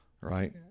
right